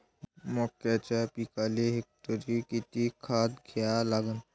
मक्याच्या पिकाले हेक्टरी किती खात द्या लागन?